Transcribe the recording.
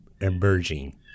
emerging